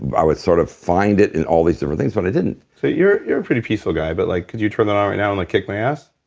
i would sort of find it in all these different things, but i didn't you're you're a pretty peaceful guy, but like, could you turn that on right now and like kick my ass?